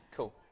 Cool